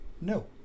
no